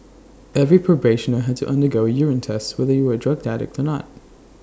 every probationer had to undergo A urine test whether you were A drug addict or not